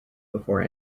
before